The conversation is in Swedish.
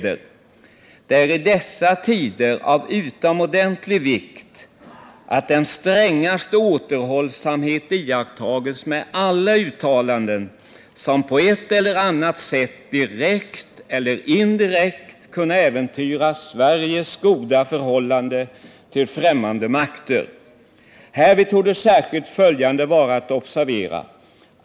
Det är i dessa tider av utomordentlig vikt, att den strängaste återhållsamhet iakttages med alla uttalanden, som på ett eller annat sätt, direkt eller indirekt, kunna äventyra Sveriges goda förhållande till främmande makter. Härvid torde särskilt följande vara att observera.